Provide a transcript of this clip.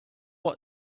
what